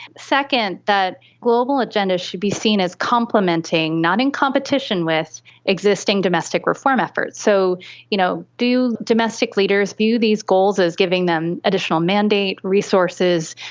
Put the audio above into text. second, that global agendas should be seen as complementing, not in competition with existing domestic reform efforts. so you know do domestic leaders view these goals as giving them additional mandate resources,